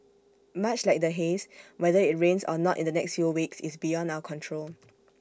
much like the haze whether IT rains or not in the next few weeks is beyond our control